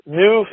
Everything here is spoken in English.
new